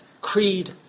creed